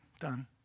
Done